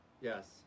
Yes